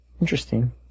interesting